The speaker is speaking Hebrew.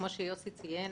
כמו שיוסי ציין,